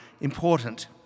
important